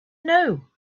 know